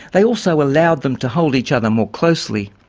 they also allowed them to hold each other more closely.